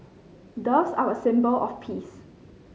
doves are a symbol of peace